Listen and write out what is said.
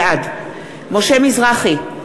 בעד משה מזרחי,